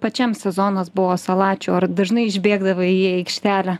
pačiam sezonas buvo salačių ar dažnai išbėgdavai į aikštelę